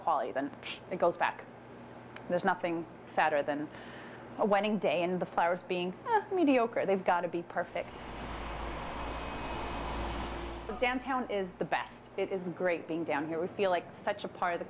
quality then it goes back there's nothing sadder than a wedding day and the flowers being mediocre they've got to be perfect the downtown is the best it is great being down here we feel like such a part of the